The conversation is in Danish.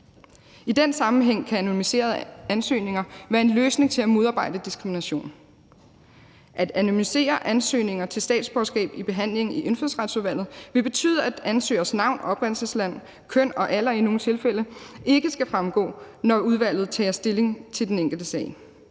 I den sammenhæng kan anonymiserede ansøgninger være en løsning til at modarbejde diskrimination. At anonymisere ansøgninger til statsborgerskab i behandlingen i Indfødsretsudvalget vil betyde, at ansøgerens navn, oprindelsesland, køn og i nogle tilfælde alder ikke skal fremgå, når udvalget tager stilling til den enkelte sag.